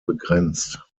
begrenzt